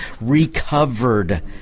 recovered